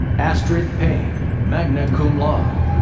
astrid payne, magna cum laude.